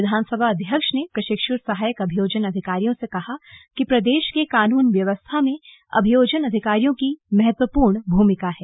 विधानसभा अध्यक्ष ने प्रशिक्षु सहायक अभियोजन अधिकारियों से कहा कि प्रदेश के कानून व्यवस्था में अभियोजन अधिकारियों की महत्वपूर्ण भूमिका है